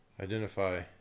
identify